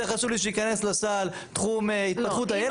יותר חשוב לי שייכנס לסל תחום התפתחות הילד.